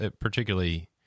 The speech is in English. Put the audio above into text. particularly